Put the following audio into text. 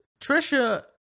Trisha